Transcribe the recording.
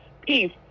peace